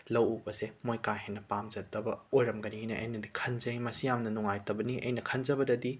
ꯂꯧ ꯎꯕꯁꯦ ꯃꯣꯏ ꯀꯥ ꯍꯦꯟꯅ ꯄꯥꯝꯖꯗꯕ ꯑꯣꯏꯔꯝꯒꯅꯤꯅ ꯑꯩꯅꯗꯤ ꯈꯟꯖꯩ ꯃꯁꯤ ꯌꯥꯝꯅ ꯅꯨꯡꯉꯥꯏꯇꯕꯅꯤ ꯑꯩꯅ ꯈꯟꯖꯕꯗꯗꯤ